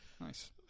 Nice